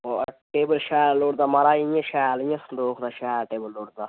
होर टेबल शैल लोड़दा महाराज शैल संदोखा दा